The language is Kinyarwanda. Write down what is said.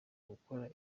gukora